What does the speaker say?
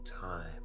time